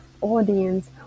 audience